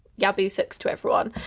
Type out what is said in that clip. yah boo sucks to everyone.